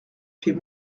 fait